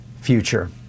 future